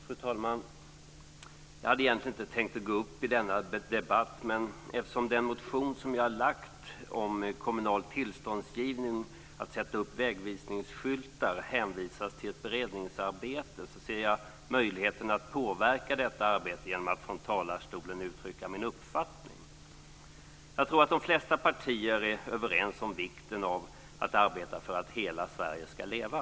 Fru talman! Jag hade egentligen inte tänkt att gå upp i denna debatt. Men eftersom det, angående den motion som jag skrivit om kommunal tillståndsgivning att sätta upp vägvisningsskyltar, hänvisas till ett beredningsarbete ser jag möjligheten att påverka detta arbete genom att från talarstolen uttrycka min uppfattning. Jag tror att de flesta partier är överens om vikten av att arbeta för att hela Sverige ska leva.